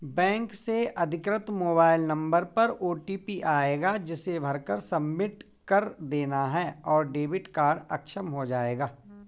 bank से अधिकृत mobile number पर ओटीपी आएगा जिसे भरकर सबमिट कर देना है और डेबिट कार्ड अक्षम हो जाएगा